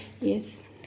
yes